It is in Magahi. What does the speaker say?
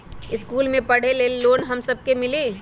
इश्कुल मे पढे ले लोन हम सब के मिली?